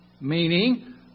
meaning